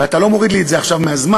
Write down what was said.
ואתה לא מוריד לי את זה עכשיו מהזמן,